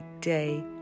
day